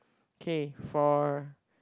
K for